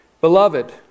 Beloved